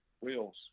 wheels